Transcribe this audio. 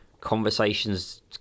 conversations